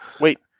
Wait